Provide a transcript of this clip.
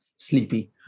Sleepy